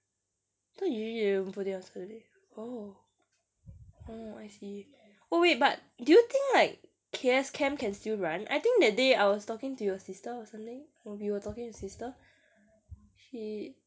oh I see oh wait but do you think like K_S camp can still run I think that day I was talking to your sister or something or we were talking to your sister she